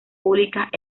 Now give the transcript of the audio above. públicas